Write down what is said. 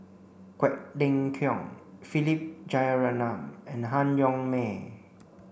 Quek Ling Kiong Philip Jeyaretnam and Han Yong May